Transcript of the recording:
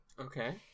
Okay